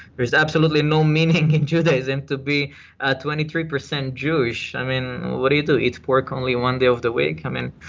there's absolutely no meaning in judaism to be twenty three percent jewish. i mean, what do you do, eat pork only one day of the week? um i